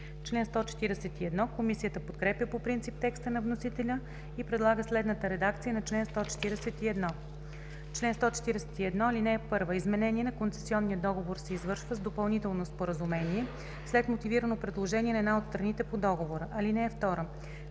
регистър.“ Комисията подкрепя по принцип текста на вносителя и предлага следната редакция на чл. 141: „Чл. 141. (1) Изменение на концесионния договор се извършва с допълнително споразумение след мотивирано предложение на една от страните по договора. (2)